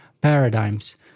paradigms